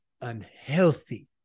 unhealthy